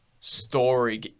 story